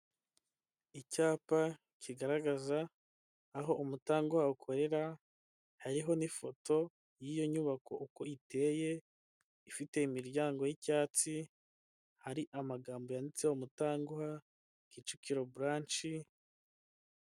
Icyapa kigaragaza aho umutanguha ukorera hariho n'ifoto y'iyo nyubako uko iteye ifite imiryango y'icyatsi hari amagambo yanditseho umutanguha kicukiro buranshi.